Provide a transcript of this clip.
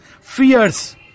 fierce